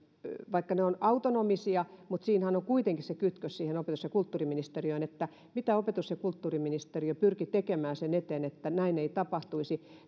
vaikka yliopistot ovat autonomisia mutta siinähän on kuitenkin se kytkös siihen opetus ja kulttuuriministeriöön että mitä opetus ja kulttuuriministeriö pyrki tekemään sen eteen että näin ei tapahtuisi